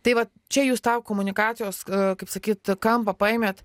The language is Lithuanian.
tai vat čia jūs tą komunikacijos kaip sakyt kampą paėmėt